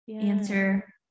answer